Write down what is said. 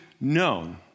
known